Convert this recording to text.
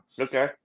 Okay